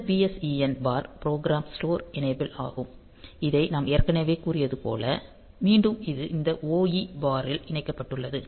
இந்த PSEN bar program store enable ஆகும் இதை நாம் ஏற்கனவே கூறியதைப் போல் மீண்டும் இது இந்த OE பார் ல் இணைக்கப்பட்டுள்ளது